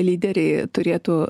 lyderiai turėtų